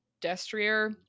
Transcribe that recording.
destrier